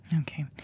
Okay